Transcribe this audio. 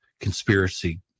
conspiracy